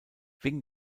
wegen